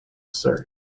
search